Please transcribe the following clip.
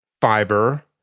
fiber